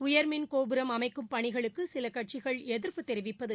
உயர்மின்கோபுரம் அமைக்கும் பணிகளுக்கு சில கட்சிகள் எதிர்ப்பு தெரிவிப்பது